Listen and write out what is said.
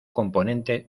componente